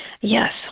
yes